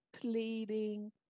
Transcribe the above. pleading